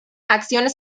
acciones